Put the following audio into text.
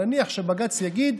נניח שבג"ץ יגיד,